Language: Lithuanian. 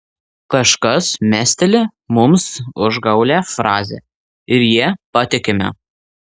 kažkas mesteli mums užgaulią frazę ir ja patikime